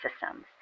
systems